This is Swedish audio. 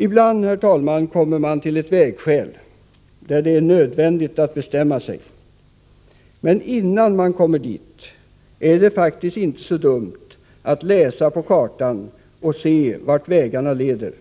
Ibland kommer man till ett vägskäl där det är nödvändigt att bestämma sig. Men innan man kommer dit är det faktiskt inte så dumt att läsa på kartan och se efter vart vägarna leder,